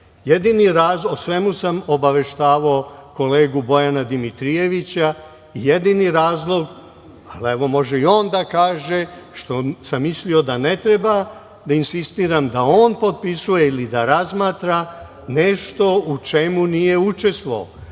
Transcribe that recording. taj izveštaj. O svemu sam obaveštavao kolegu Bojana Dimitrijevića i jedini razlog, ali evo može i on da kaže, što sam mislio da ne treba da insistiram da on potpisuje ili da razmatra nešto u čemu nije učestvovao,